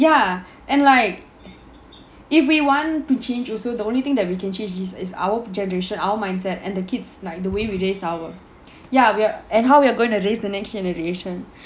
ya and like if we want to change also the only thing that we can change is our generation our mindset and the kids like the way we raised our ya are and how we are going to raise the next generation